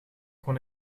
kon